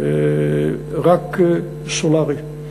רק סולרי.